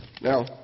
Now